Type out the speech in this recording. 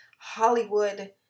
Hollywood